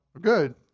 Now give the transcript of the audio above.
Good